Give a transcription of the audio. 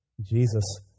Jesus